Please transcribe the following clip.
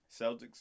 Celtics